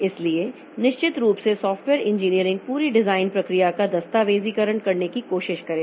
इसलिए निश्चित रूप से सॉफ्टवेयर इंजीनियरिंग पूरी डिजाइन प्रक्रिया का दस्तावेजीकरण करने की कोशिश करेगा